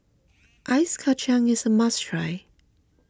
Ice Kachang is a must try